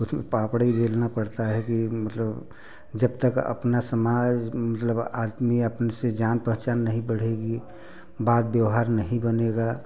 उसमें पापड़ भी बेलना पड़ता है कि मतलब जब तक अपना समाज मतलब आदमी अपन से जान पहचान नहीं बढ़ेगी बात व्यवहार नहीं बनेगा